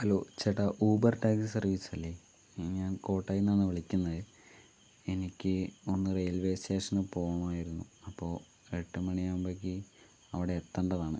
hello ചേട്ടാ Uber taxi service അല്ലേ ഞാൻ കോട്ടയത്ത് നിന്നാണ് വിളിക്കുന്നത് എനിക്ക് ഒന്ന് റെയിൽവേ സ്റ്റേഷനിൽ പോകണമായിരുന്നു അപ്പോൾ എട്ട് മണി ആവുമ്പോഴേക്ക് അവിടെ എത്തേണ്ടതാണ്